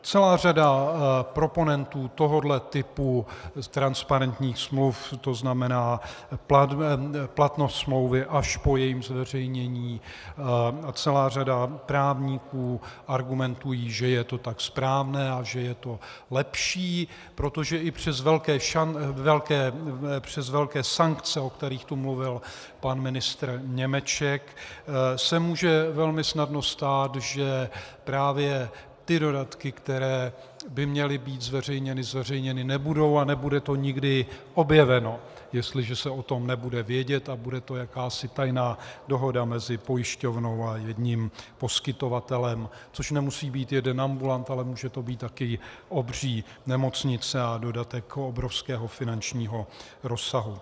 Celá řada proponentů tohoto typu transparentních smluv, to znamená platnost smlouvy až po jejím zveřejnění, a celá řada právníků argumentují, že je to tak správné a že je to lepší, protože i přes velké sankce, o kterých tu mluvil pan ministr Němeček, se může velmi snadno stát, že právě ty dodatky, které by měly být zveřejněny, zveřejněny nebudou a nebude to nikdy objeveno, jestliže se o tom nebude vědět, a bude to jakási tajná dohoda mezi pojišťovnou a jedním poskytovatelem, což nemusí být jeden ambulant, ale může to být také obří nemocnice a dodatek obrovského finančního rozsahu.